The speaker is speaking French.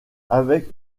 avec